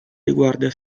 riguarda